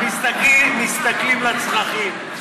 ומסתכלים על הצרכים.